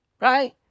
Right